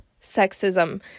sexism